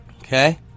Okay